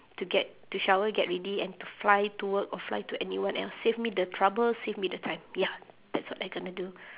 to get to shower get ready and to fly to work or fly to anyone else save me the trouble save me the time ya that's what I gonna do